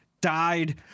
died